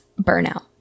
burnout